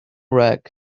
rack